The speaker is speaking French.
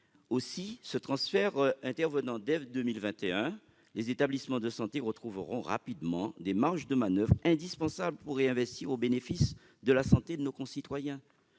Aussi, ce transfert intervenant dès 2021, les établissements de santé retrouveront rapidement des marges de manoeuvre indispensables pour réinvestir au bénéfice de la santé de nos concitoyens.